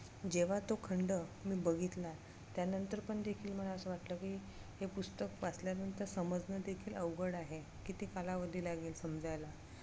जेव्हा तो खंड मी बघितला त्यानंतर पण देखील मला असं वाटलं की हे पुस्तक वाचल्यानंतर समजणं देखील अवघड आहे किती कालावधी लागेल समजायला